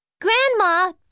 Grandma